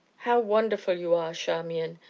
how wonderful you are, charmian!